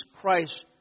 Christ